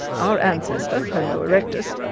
our ancestor homo erectus,